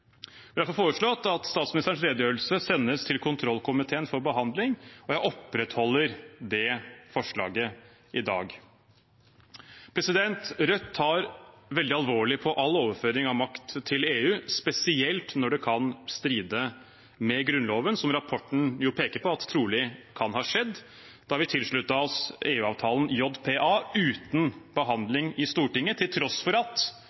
Vi har derfor foreslått at statsministerens redegjørelse sendes til kontrollkomiteen for behandling, og jeg opprettholder det forslaget i dag. Rødt tar veldig alvorlig all overføring av makt til EU, spesielt når det kan stride mot Grunnloven, som rapporten jo peker på at trolig kan ha skjedd da vi tilsluttet oss EU-avtalen JPA uten behandling i Stortinget, til tross for at